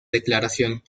declaración